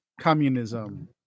communism